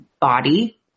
body